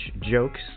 jokes